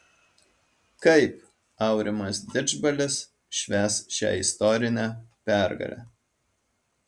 kaip aurimas didžbalis švęs šią istorinę pergalę